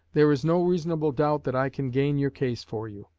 there is no reasonable doubt that i can gain your case for you.